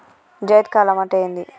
జైద్ కాలం అంటే ఏంది?